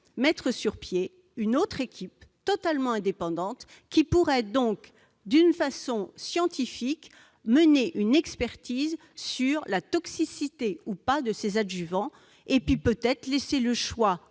mettre sur pied une équipe totalement indépendante, qui pourrait d'une façon scientifique mener une expertise sur la toxicité ou pas de ces adjuvants. Il faudrait aussi laisser le choix